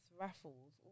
raffles